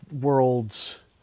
worlds